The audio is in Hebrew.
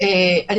מעבר לזה,